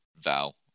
Val